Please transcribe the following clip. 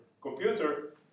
computer